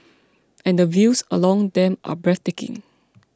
and the views along them are breathtaking